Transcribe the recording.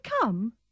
come